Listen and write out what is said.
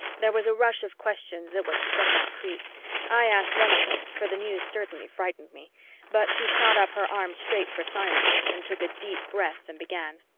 there was a rush of questions at what she said about crete i asked one of them, for the news certainly frightened me but she shot up her arm straight for silence and took a deep breath and began.